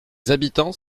habitants